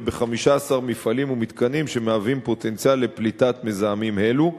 וב-15 מפעלים ומתקנים שמהווים פוטנציאל לפליטת מזהמים אלו,